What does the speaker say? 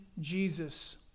Jesus